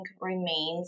remains